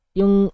yung